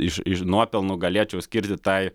iš nuopelnų galėčiau skirti tai